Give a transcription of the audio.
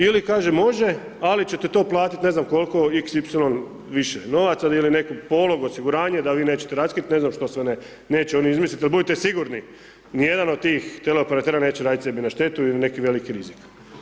Ili kaže može, ali ćete to platit, ne znam koliko, xy više novaca ili neki polog, osiguranje, da vi nećete raskid, ne znam što sve ne neće oni izmisliti jer budite sigurni nijedan od tih teleoperatera neće raditi sebi na štetu ili neki veliki rizik.